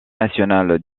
national